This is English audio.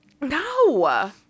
No